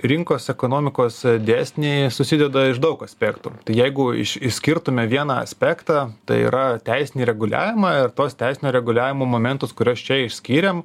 rinkos ekonomikos dėsniai susideda iš daug aspektų tai jeigu iš išskirtume vieną aspektą tai yra teisinį reguliavimą ir tuos teisinio reguliavimo momentus kuriuos čia išskyrėm